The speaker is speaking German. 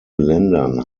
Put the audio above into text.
ländern